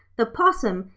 the possum,